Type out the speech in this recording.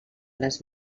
les